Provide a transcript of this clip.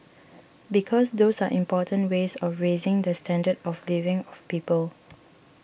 because those are important ways of raising the standard of living of people